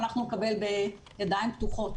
אנחנו נקבל בידיים פתוחות.